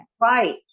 Right